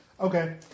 Okay